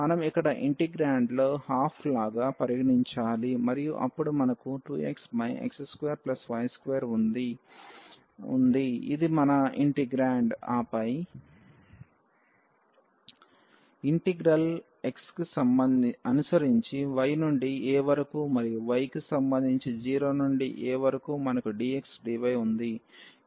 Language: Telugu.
మనం ఇక్కడ ఇంటిగ్రెండ్లో 12 లాగా పరిగణించాలి మరియు అప్పుడు మనకు 2xx2y2 ఉంది ఇది మన ఇంటిగ్రేండ్ ఆపై ఇంటిగ్రల్ x కి అనుసరించి y నుండి a వరకు మరియు y కి సంబంధించి 0 నుండి a వరకు మనకు dx dy ఉంది